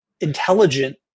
intelligent